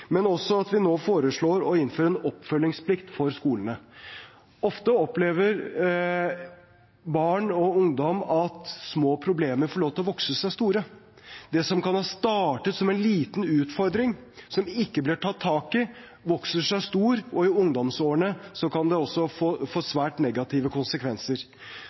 og ungdom at små problemer får lov til å vokse seg store. Det som kan ha startet som en liten utfordring som ikke blir tatt tak i, vokser seg stort, og i ungdomsårene kan det få svært negative konsekvenser.